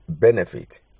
Benefit